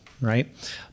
Right